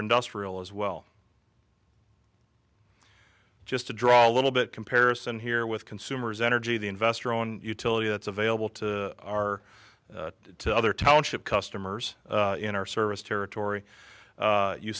industrial as well just to draw a little bit comparison here with consumers energy the investor on utility that's available to our other township customers in our service territory